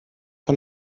von